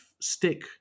stick